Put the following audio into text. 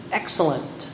excellent